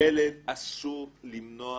ילד, אסור למנוע